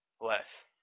less